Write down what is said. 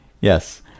Yes